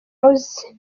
house